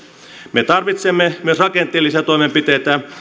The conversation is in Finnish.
me tarvitsemme myös rakenteellisia toimenpiteitä